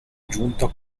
giunta